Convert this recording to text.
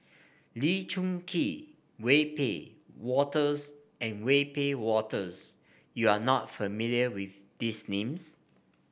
Lee Choon Kee Wiebe Wolters and Wiebe Wolters you are not familiar with these names